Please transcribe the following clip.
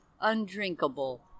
undrinkable